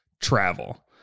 travel